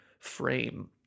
frame